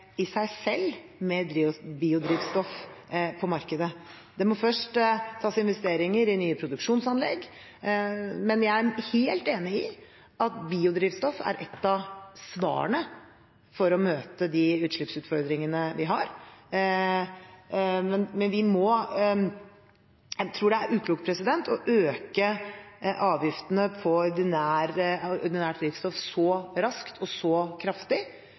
i seg selv mer biodrivstoff på markedet. Det må først tas investeringer i nye produksjonsanlegg, men jeg er helt enig i at biodrivstoff er et av svarene for å møte de utslippsutfordringene vi har. Jeg tror det er uklokt å øke avgiftene på ordinært drivstoff så raskt og så kraftig